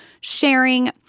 sharing